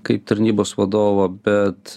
kaip tarnybos vadovo bet